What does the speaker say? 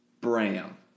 Bram